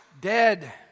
dead